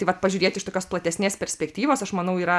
tai vat pažiūrėti iš tokios platesnės perspektyvos aš manau yra